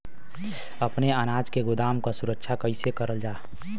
अपने अनाज के गोदाम क सुरक्षा कइसे करल जा?